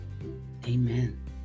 amen